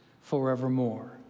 forevermore